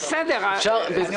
אבל הממשלה בעד ראש הממשלה בעד,